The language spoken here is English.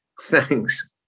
thanks